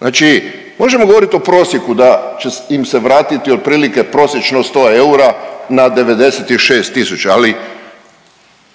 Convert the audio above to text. Znači možemo govoriti o prosjeku da će im se vratiti otprilike prosječno 100 eura na 96 tisuća, ali